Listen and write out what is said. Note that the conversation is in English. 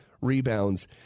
rebounds